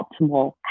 optimal